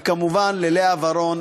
וכמובן ללאה ורון,